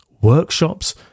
workshops